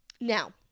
Now